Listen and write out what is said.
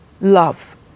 love